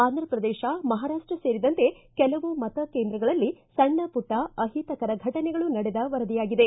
ಆಂಧ್ರಪ್ರದೇಶ ಮಹಾರಾಷ್ಟ ಸೇರಿದಂತೆ ಕೆಲವು ಮತ ಕೇಂದ್ರಗಳಲ್ಲಿ ಸಣ್ಣ ಮಟ್ಟ ಅಹಿತಕರ ಘಟನೆಗಳು ನಡೆದ ವರದಿಯಾಗಿದೆ